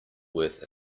worth